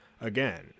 Again